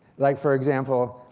like for example,